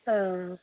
آ